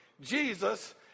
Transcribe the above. Jesus